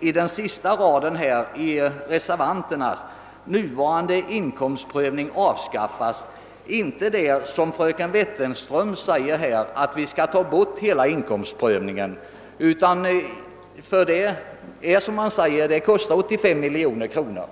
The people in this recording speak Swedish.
i den sista raden i reservationen, där det heter att »nuvarande inkomstprövning avskaffas» inte läser in det som fröken Wetterström säger, nämligen att vi skall ta bort hela inkomstprövningen, ty det är så som man säger, att det kostar 85 miljoner kronor.